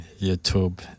YouTube